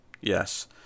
yes